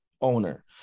owner